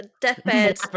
Deathbed